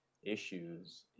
issues